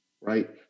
right